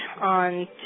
on